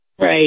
Right